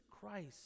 Christ